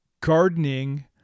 gardening